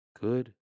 Good